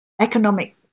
economic